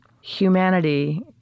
humanity